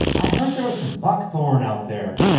i heard there was some buckthorn out there,